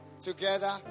together